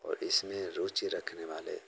और इसमें रुचि रखने वाले